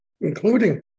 including